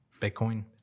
Bitcoin